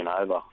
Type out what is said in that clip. over